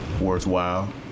worthwhile